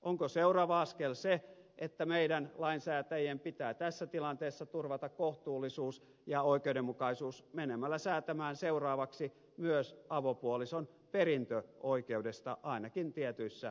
onko seuraava askel se että meidän lainsäätäjien pitää tässä tilanteessa turvata kohtuullisuus ja oikeudenmukaisuus menemällä säätämään seuraavaksi myös avopuolison perintöoikeudesta ainakin tietyissä tilanteissa